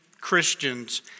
Christians